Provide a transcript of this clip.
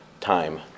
time